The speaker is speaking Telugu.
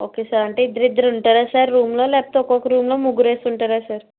ఓకే సార్ అంటే ఇద్దరిద్దరు ఉంటారా సార్ రూమ్లో లేకపోతే ఒక్కొక్క రూమ్లో ముగ్గురేసి ఉంటారా సార్